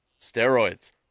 Steroids